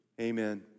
Amen